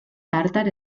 tàrtar